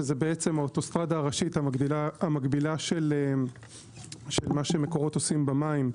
שזה האוטוסטרדה הראשית המקבילה של מה שמקורות עושים במים,